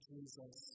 Jesus